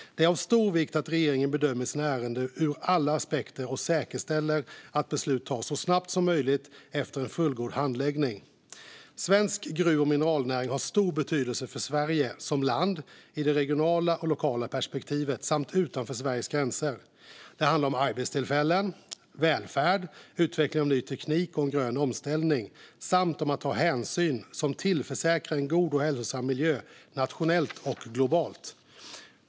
Det är av stor vikt att regeringen bedömer sina ärenden ur alla aspekter och säkerställer att beslut tas så snabbt som möjligt efter en fullgod handläggning. Svensk gruv och mineralnäring har stor betydelse för Sverige som land, i det regionala och lokala perspektivet samt utanför Sveriges gränser. Det handlar om arbetstillfällen, välfärd, utveckling av ny teknik för en grön omställning samt om att ta hänsyn som tillförsäkrar en god och hälsosam miljö nationellt och globalt.